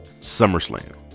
SummerSlam